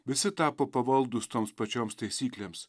visi tapo pavaldūs toms pačioms taisyklėms